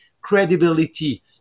credibility